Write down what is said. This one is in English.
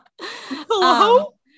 hello